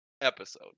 episode